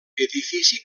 edifici